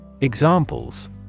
Examples